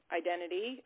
identity